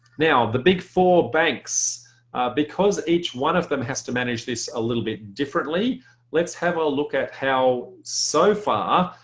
the big four banks because each one of them has to manage this a little bit differently let's have a look at how so far,